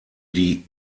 die